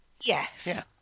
Yes